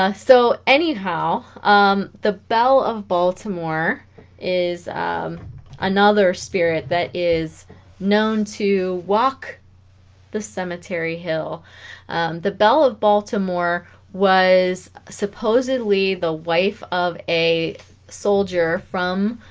ah so anyhow um the belle of baltimore is another spirit that is known to walk the cemetery hill the belle of baltimore was supposedly the wife of a soldier from